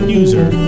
user